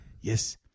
yes